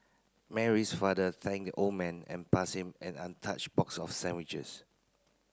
Mary's father thanked the old man and passed him an untouched box of sandwiches